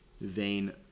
vein